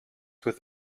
with